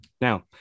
now